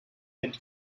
had